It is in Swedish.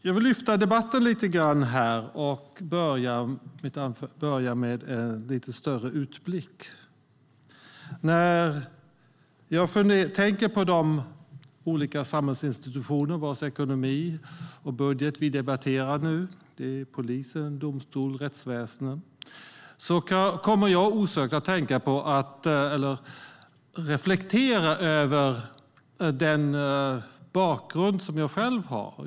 Jag vill lyfta debatten lite och börja med en utblick. De olika samhällsinstitutioner vars ekonomi vi debatterar är polis, domstol och övrigt rättsväsen. Det får mig att reflektera över den bakgrund jag har.